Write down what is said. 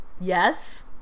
Yes